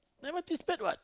like what she said what